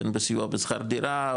בסיוע בשכר דירה,